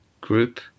group